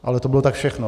Ale to bylo tak všechno.